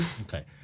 okay